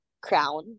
crown